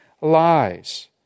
lies